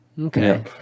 Okay